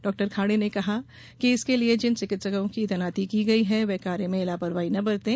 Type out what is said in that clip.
डॉ खाड़े ने कहा कि इसके लिए जिन चिकित्सकों की तैनाती की गई है वह कार्य में लापरवाही न बरतें